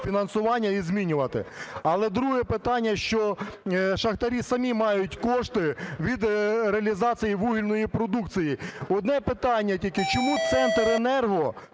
фінансування і змінювати. Але друге питання, що шахтарі самі мають кошти від реалізації вугільної продукції. Одне питання тільки: чому "Центренерго",